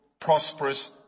prosperous